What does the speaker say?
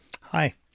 Hi